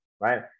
right